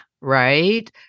right